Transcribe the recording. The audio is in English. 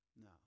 No